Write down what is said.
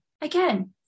Again